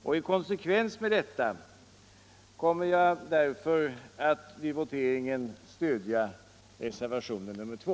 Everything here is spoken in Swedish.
I konsekvens med detta kommer jag att vid voteringen stödja reservationen 2.